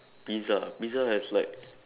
pizza pizza has like